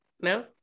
No